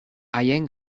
haien